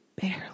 barely